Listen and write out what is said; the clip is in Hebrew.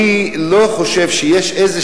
אני לא חושב שיש איזו